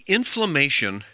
inflammation